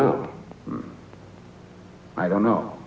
now i don't know